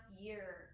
year